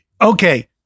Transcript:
Okay